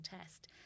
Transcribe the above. test